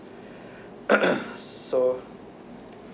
so